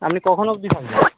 আপনি কখন অবধি থাকবেন